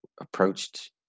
approached